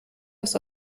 das